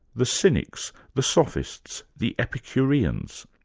the cynics, the sophists, the epicureans,